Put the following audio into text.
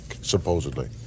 supposedly